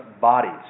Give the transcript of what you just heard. bodies